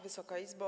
Wysoka Izbo!